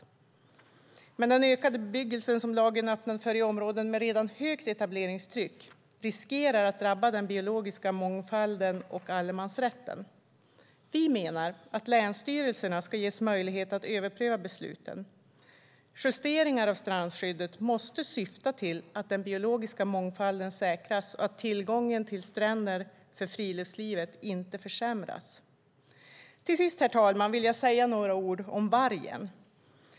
Men den ökade bebyggelse som lagen öppnar för i områden med redan högt etableringstryck riskerar att drabba den biologiska mångfalden och allemansrätten. Vi menar att länsstyrelserna ska ges möjlighet att överpröva besluten. Justeringar av strandskyddet måste syfta till att den biologiska mångfalden säkras och att tillgången till stränder för friluftsliv inte försämras. Till sist, herr talman, vill jag säga några ord om vargen.